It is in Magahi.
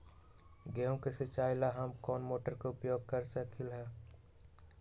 गेंहू के सिचाई ला हम कोंन मोटर के उपयोग कर सकली ह?